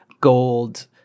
gold